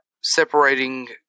separating